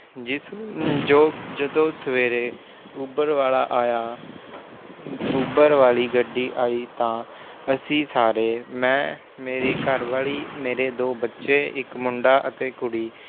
ਜਿਸ ਜੋ ਜਦੋਂ ਸਵੇਰੇ ਊਬਰ ਵਾਲਾ ਆਇਆ ਊਬਰ ਵਾਲੀ ਗੱਡੀ ਆਈ ਤਾਂ ਅਸੀਂ ਸਾਰੇ ਮੈਂ ਮੇਰੀ ਘਰਵਾਲੀ ਮੇਰੇ ਦੋ ਬੱਚੇ ਇੱਕ ਮੁੰਡਾ ਅਤੇ ਕੁੜੀ